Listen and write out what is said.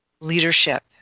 leadership